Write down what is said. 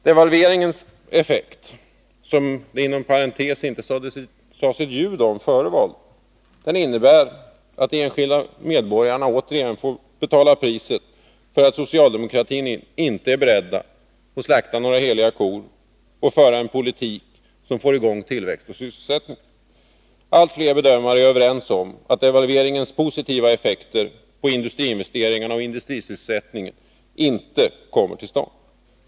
Devalveringen, som det inom parentes sagt inte nämndes ett ord om före valet, innebär att de enskilda medborgarna återigen får betala priset för att socialdemokratin inte är beredd att slakta några heliga kor och föra en politik som får i gång tillväxt och sysselsättning. Allt fler bedömare är överens om att devalveringen inte får de positiva effekter på industriinvesteringarna och industrisysselsättningen som man räknat med.